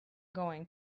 going